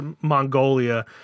Mongolia